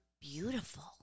beautiful